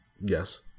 Yes